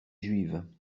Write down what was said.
juives